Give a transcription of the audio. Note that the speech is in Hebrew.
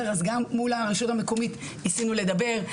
מול הרשות המקומית ניסינו לדבר.